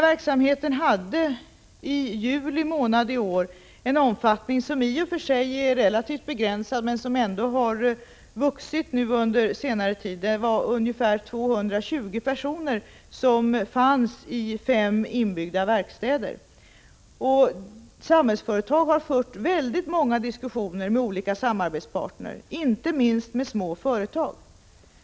Verksamheten hade i juli månad i år en omfattning som i och för sig var relativt begränsad men som ändå har vuxit under senare tid. Ungefär 220 personer arbetade i fem inbyggda verkstäder. Samhällsföretag har fört många diskussioner med olika samarbetspartner, inte minst med småföretag.